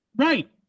Right